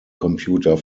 computer